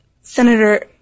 Senator